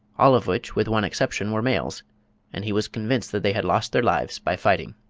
all of which with one exception were males and he was convinced that they had lost their lives by fighting.